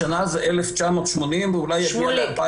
השנה מספרן 1,980 ואולי יגיע ל-2,000 ומשהו.